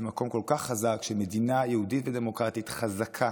למקום כל כך חזק של מדינה יהודית ודמוקרטית חזקה